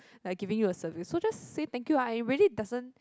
like giving you a service so just say thank you ah and it really doesn't